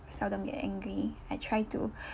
seldom get angry I try to